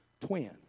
Twin